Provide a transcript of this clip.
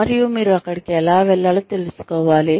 మరియు మీరు అక్కడికి ఎలా వెళ్ళాలో తెలుసుకోవాలి